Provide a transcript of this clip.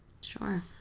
Sure